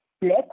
black